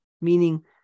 meaning